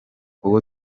uwo